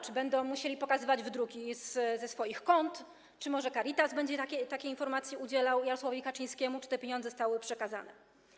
Czy będą musieli oni pokazywać wydruki ze swoich kont, czy może Caritas będzie takiej informacji udzielał Jarosławowi Kaczyńskiemu, czy te pieniądze zostały przekazane?